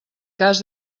cas